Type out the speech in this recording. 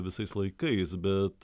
visais laikais bet